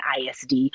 ISD